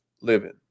living